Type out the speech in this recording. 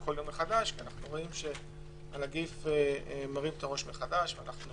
כל יום מחדש כי אנחנו רואים שהנגיף מרים את הראש מחדש ואנחנו